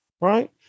Right